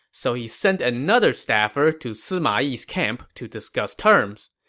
so he sent another staffer to sima yi's camp to discuss terms.